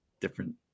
different